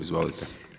Izvolite.